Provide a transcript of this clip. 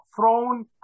thrown